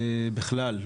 בכלל,